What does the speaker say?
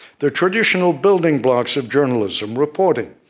the traditional building blocks of journalism reporting,